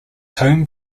home